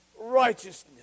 righteousness